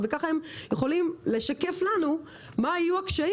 וכך הם יכולים לשקף לנו מה יהיו הקשיים,